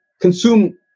consume